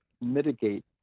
mitigate